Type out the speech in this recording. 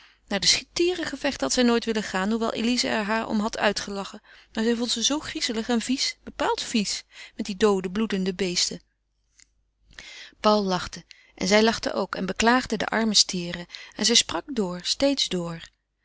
naar de stierengevechten had ze nooit willen gaan hoewel elize er haar om had uitgelachen maar zij vond ze zoo griezelig en vies bepaald vies met die doode bloedende beesten paul lachte en zij lachte ook en beklaagde de arme stieren en zij sprak door steeds door